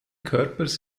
körpers